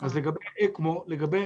אז לגבי אקמו